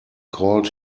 called